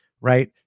right